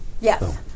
Yes